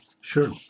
sure